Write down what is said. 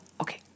Okay